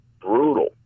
brutal